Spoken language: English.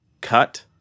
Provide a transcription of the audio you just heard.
cut